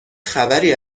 خبری